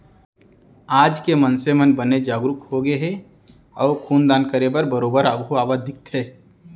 आज के मनसे मन बने जागरूक होगे हे अउ खून दान करे बर बरोबर आघू आवत दिखथे